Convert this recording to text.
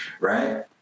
right